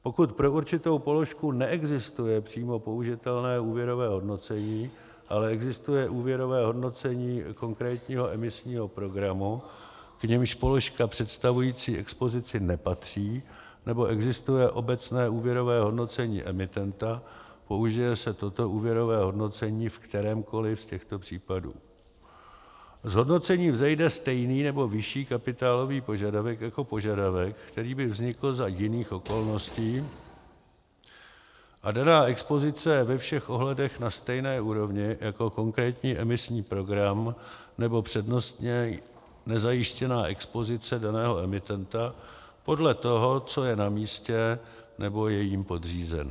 Pokud pro určitou položku neexistuje přímo použitelné úvěrové hodnocení, ale existuje úvěrové hodnocení konkrétního emisního programu, k nimž položka představující expozici nepatří, nebo existuje obecné úvěrové hodnocení emitenta, použije se toto úvěrové hodnocení v kterémkoliv z těchto případů: z hodnocení vzejde stejný nebo vyšší kapitálový požadavek jako požadavek, který by vznikl za jiných okolností, a daná expozice je ve všech ohledech na stejné úrovni jako konkrétní emisní program nebo přednostně nezajištěná expozice daného emitenta, podle toho, co je na místě, nebo je jim podřízeno;